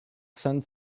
send